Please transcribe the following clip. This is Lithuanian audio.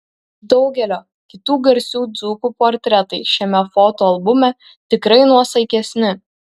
daugelio kitų garsių dzūkų portretai šiame fotoalbume tikrai nuosaikesni